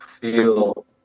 feel